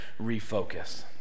Refocus